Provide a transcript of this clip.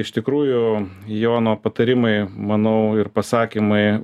iš tikrųjų jono patarimai manau ir pasakymai